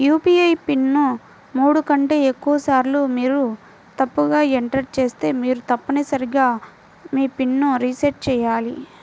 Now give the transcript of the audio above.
UPI PIN ను మూడు కంటే ఎక్కువసార్లు మీరు తప్పుగా ఎంటర్ చేస్తే మీరు తప్పనిసరిగా మీ పిన్ ను రీసెట్ చేయాలి